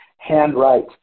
handwrite